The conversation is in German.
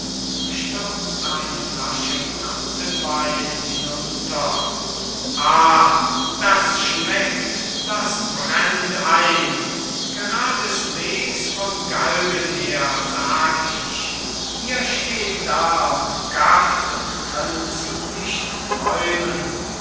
ah das schmeckt das brennt ein gerades wegs vom galgen her sag ich ihr steht da und gafft und könnt's nicht träumen